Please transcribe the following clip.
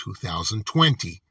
2020